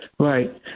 Right